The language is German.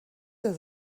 der